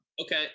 Okay